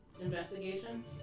Investigation